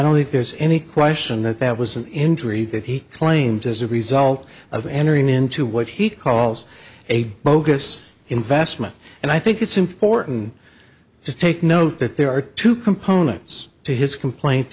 if there is any question that that was an injury that he claims as a result of entering into what he calls a bogus investment and i think it's important to take note that there are two components to his complaint